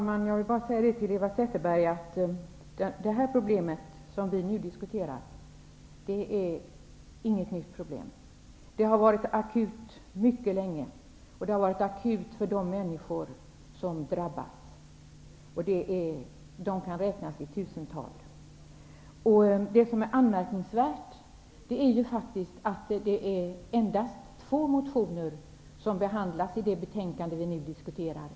Herr talman! Det problem som vi nu diskuterar är inget nytt problem. Det har varit akut mycket länge för de människor som drabbas, vilka kan räknas i tusental. Det är anmärkningsvärt att det endast är två motioner som behandlas i det betänkande som vi nu diskuterar.